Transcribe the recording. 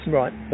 right